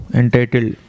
entitled